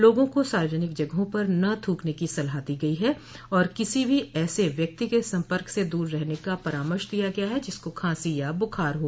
लोगों को सार्वजनिक जगहों पर न थूकने की सलाह दी गई है और किसी भी ऐसे व्यक्ति के संपर्क से दूर रहने का परामर्श दिया गया है जिसको खांसी या बुखार हो